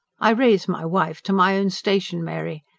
i raise my wife to my own station, mary.